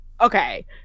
Okay